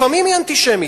לפעמים היא אנטישמית,